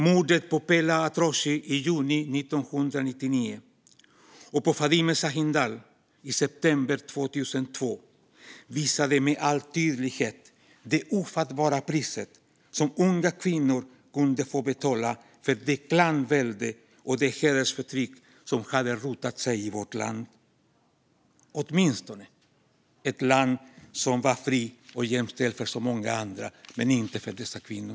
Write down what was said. Morden på Pela Atroshi i juni 1999 och på Fadime Sahindal i september 2002 visade med all tydlighet det ofattbara pris som unga kvinnor kunde få betala för det klanvälde och det hedersförtryck som hade rotat sig i vårt, åtminstone för så många andra men inte för dessa kvinnor, fria och jämställda land.